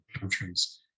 countries